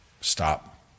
Stop